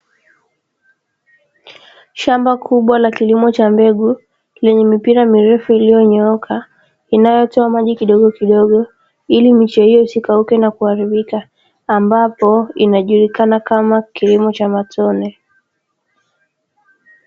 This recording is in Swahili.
Shamba kubwa la kilimo cha mbegu lenye mipira mirefu iliyonyooka inayotoa maji kidogo kidogo ili mwisho isikauke na kuharibika, ambapo inajulikana kama kilimo cha matone.